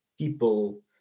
people